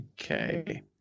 Okay